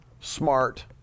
smart